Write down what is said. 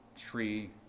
tree